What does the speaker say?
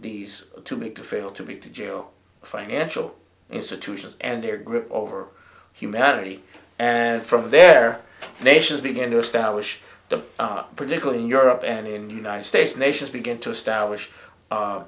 these to me to fail to be to jail financial institutions and their grip over humanity from their nations begin to establish the up particularly in europe and in united states nations begin to establish